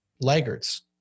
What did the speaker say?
laggards